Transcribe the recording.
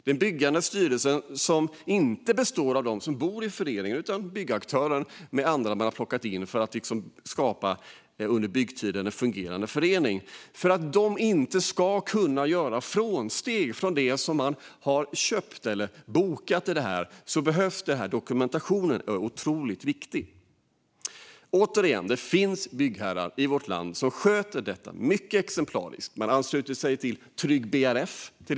Den består inte av dem som ska bo i föreningen utan av byggaktören och andra som man har plockat in för att under byggtiden skapa en fungerande förening. Dokumentationen behövs för att den byggande styrelsen inte ska kunna göra frånsteg från det som kunden har köpt eller bokat. Det är otroligt viktigt. Det finns, återigen, byggherrar i vårt land som sköter detta exemplariskt. De ansluter sig till exempel till Trygg BRF.